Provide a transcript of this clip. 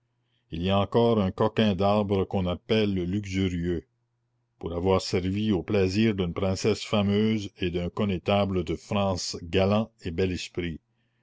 il y a encore un coquin d'arbre qu'on appelle le luxurieux pour avoir servi aux plaisirs d'une princesse fameuse et d'un connétable de france galant et bel esprit